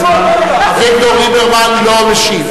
יעקב ליצמן, אביגדור ליברמן לא משיב.